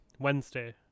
wednesday